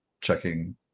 checking